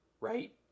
Right